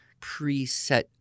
preset